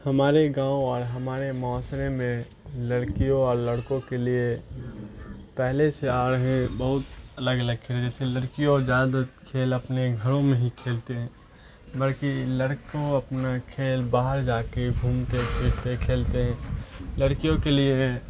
ہمارے گاؤں اور ہمارے معاشرے میں لڑکیوں اور لڑکوں کے لیے پہلے سے آ رہے بہت الگ الگ کھیل جیسے لڑکیوں اور زیادہ تر کھیل اپنے گھروں میں ہی کھیلتے ہیں بلکہ لڑکوں اپنا کھیل باہر جا کے گھومتے کھیلتے ہیں لڑکیوں کے لیے